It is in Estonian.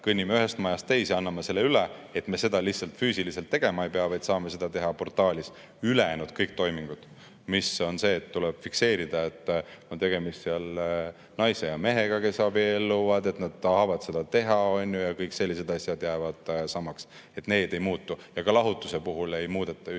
kõnnime ühest majast teise ja anname selle üle, siis me seda [enam] füüsiliselt tegema ei pea, vaid saame seda teha portaalis. Kõik ülejäänud toimingud – tuleb fikseerida, et on tegemist naise ja mehega, kes abielluvad, ja et nad tahavad seda teha –, kõik sellised asjad jäävad samaks, need ei muutu. Ka lahutuse puhul ei muudeta ühtegi